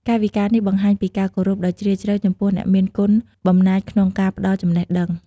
កាយវិការនេះបង្ហាញពីការគោរពដ៏ជ្រាលជ្រៅចំពោះអ្នកមានគុណបំណាច់ក្នុងការផ្ដល់ចំណេះដឹង។